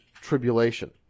tribulation